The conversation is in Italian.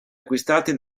acquistati